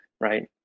right